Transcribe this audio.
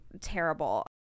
terrible